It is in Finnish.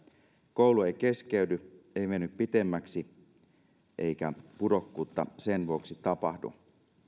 koulu ei keskeydy ei veny pitemmäksi eikä pudokkuutta sen vuoksi tapahdu